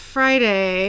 Friday